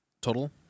Total